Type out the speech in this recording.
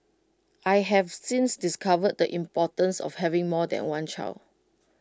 I have since discovered the importance of having more than one child